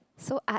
so art